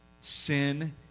Sin